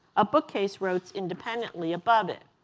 a bookcase rose independently above it.